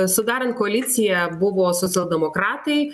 sudarant koaliciją buvo socialdemokratai